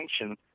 sanction